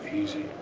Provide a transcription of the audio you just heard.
easy.